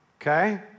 Okay